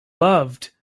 loved